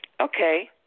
Okay